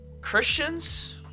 Christians